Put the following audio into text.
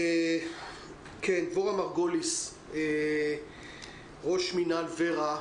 דבורה מרגוליס ראש מינהל ור"ה,